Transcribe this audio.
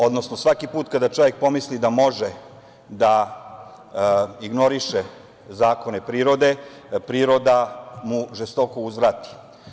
Odnosno, svaki put kada čovek pomisli da može da ignoriše zakone prirode, priroda mu žestoko uzvrati.